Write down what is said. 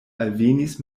alvenis